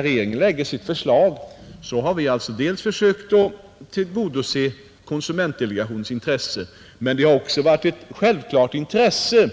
Regeringen har i sitt framlagda förslag sökt tillmötesgå konsumentdelegationen, men det har också varit ett självklart intresse